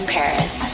Paris